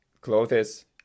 clothes